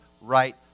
right